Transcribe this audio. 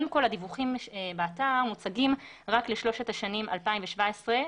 קודם כל הדיווחים באתר מוצגים רק לשלוש השנים 2016,